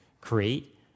create